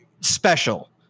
special